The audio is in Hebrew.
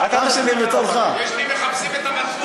יש לי "מחפשים את המטמון" על זה.